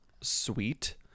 sweet